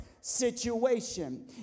situation